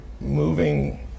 moving